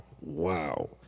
Wow